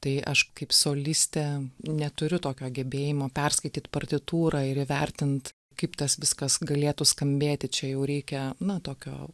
tai aš kaip solistė neturiu tokio gebėjimo perskaityt partitūrą ir įvertint kaip tas viskas galėtų skambėti čia jau reikia na tokio